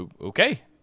Okay